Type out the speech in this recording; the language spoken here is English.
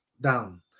down